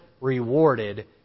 rewarded